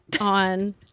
on